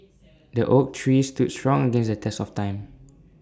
the oak tree stood strong against the test of time